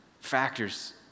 factors